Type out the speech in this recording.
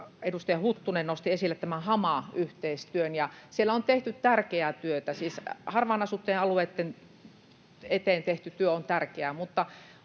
edustaja Huttunen nosti esille tämän HAMA-yhteistyön, ja siinä on tehty tärkeää työtä. Siis harvaan asuttujen alueitten eteen tehty työ on tärkeää, mutta